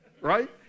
Right